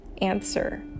answer